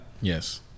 Yes